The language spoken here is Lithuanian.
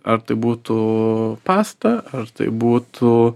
ar tai būtų pasta ar tai būtų